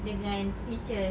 dengan teachers